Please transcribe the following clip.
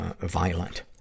violent